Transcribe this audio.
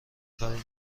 کاری